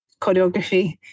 choreography